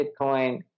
Bitcoin